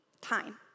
time